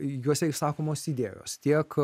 juose išsakomos idėjos tiek